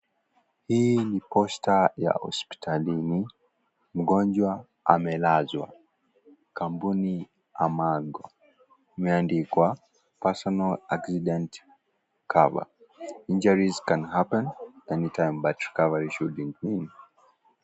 Hii ni posta ya hospitalini, mgonjwa amelazwa. Kampuni AMACO imeandikwa personal accident cover. Injuries can happen any time, but recovery shouldnt be mean.